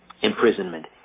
imprisonment